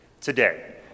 today